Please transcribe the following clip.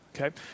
okay